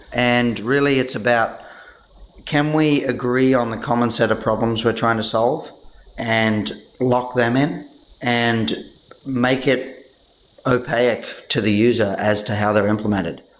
and really, it's about can we agree on the common set of problem we're trying to solve and lock them in and make it opaque to the user as to how they're implemented.